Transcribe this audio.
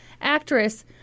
actress